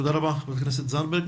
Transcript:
תודה רבה חברת הכנסת זנדברג.